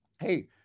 Hey